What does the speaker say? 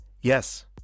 Yes